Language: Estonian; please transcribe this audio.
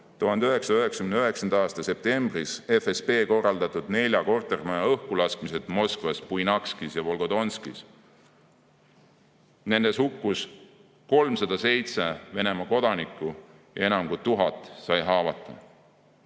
1999. aasta septembris FSB korraldatud nelja kortermaja õhkulaskmised Moskvas, Buinakskis ja Volgodonskis. Nendes hukkus 307 Venemaa kodanikku ja enam kui tuhat sai haavata.